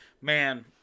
Man